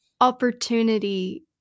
opportunity